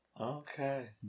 Okay